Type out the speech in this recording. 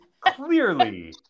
clearly